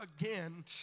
again